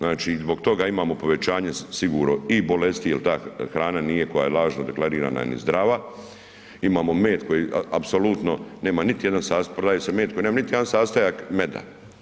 Znači zbog toga imamo povećanje sigurno i bolesti jer ta hrana nije koja je lažno deklarirana ni zdrava, imamo med koji apsolutno nema niti jedan, prodaje se med koji nema niti jedan sastojak meda.